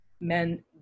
Men